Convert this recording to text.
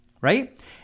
Right